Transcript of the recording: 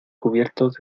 cubiertos